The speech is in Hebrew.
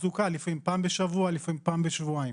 תחזוקה לפעמים פעם בשבוע ולפעמים פעם בשבועיים.